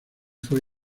fue